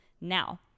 Now